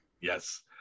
Yes